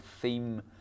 theme